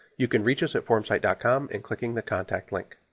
you can reach us at formsite dot com and clicking the contact link.